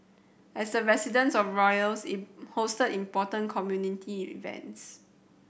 as the residence of royals it hosted important community events